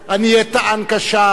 אני אהיה טען קשר,